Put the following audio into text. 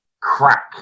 crack